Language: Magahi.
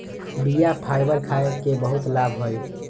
बीया फाइबर खाय के बहुते लाभ हइ